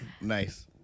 Nice